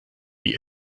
wie